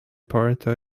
puerto